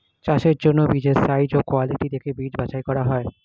চাষের জন্য বীজের সাইজ ও কোয়ালিটি দেখে বীজ বাছাই করা হয়